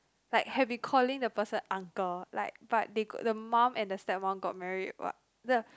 like have been calling the person uncle like but they the mum and the stepmum got married what